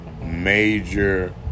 major